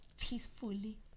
peacefully